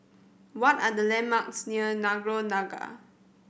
what are the landmarks near Nagore Dargah